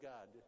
God